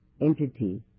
entity